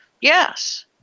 Yes